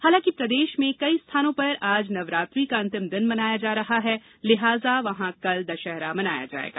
हालांकि प्रदेश में कई स्थानों पर आज नवरात्रि का अंतिम दिन माना जा रहा है लिहाजा वहां कल दशहरा मनाया जाएगा